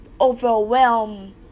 overwhelm